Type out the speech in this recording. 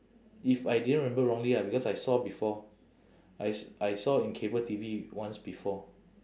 if I didn't remember wrongly ah because I saw before I s~ I saw in cable T_V once before